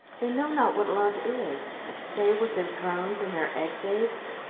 they know not what love is they with their drones and their egg-babes!